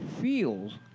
feels